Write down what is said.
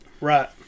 Right